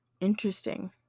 interesting